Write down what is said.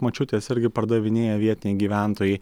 močiutės irgi pardavinėja vietiniai gyventojai